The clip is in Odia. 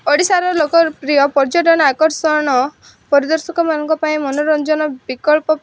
ଓଡ଼ିଶାର ଲୋକପ୍ରିୟ ପର୍ଯ୍ୟଟନ ଆକର୍ଷଣ ପରିଦର୍ଶକମାନଙ୍କ ପାଇଁ ମନୋରଞ୍ଜନ ବିକଳ୍ପ